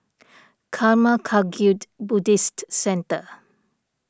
Karma Kagyud Buddhist Centre